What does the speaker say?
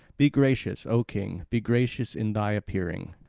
be gracious, o king, be gracious in thy appearing.